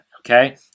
okay